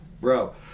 bro